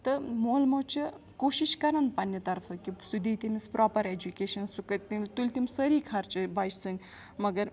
تہٕ مول موج کوٗشِش کَرَان پَنٛنہِ طرفہٕ کہِ سُہ دِی تٔمِس پراپَر ایجوُکیشَن سُہ کۍ تُلۍ تم سٲری خَرچہِ بَچہِ سٕنٛدۍ مگر